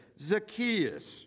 Zacchaeus